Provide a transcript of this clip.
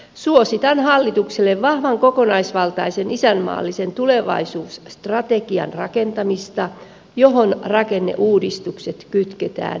suositan hallitukselle vahvan kokonaisvaltaisen isänmaallisen tulevaisuusstrategian rakentamista johon rakenneuudistukset kytketään